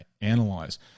analyze